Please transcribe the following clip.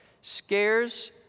scares